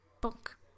book